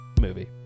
movie